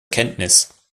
kenntnis